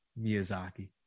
miyazaki